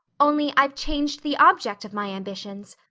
only, i've changed the object of my ambitions.